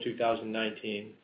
2019